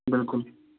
بِلکُل